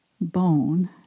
bone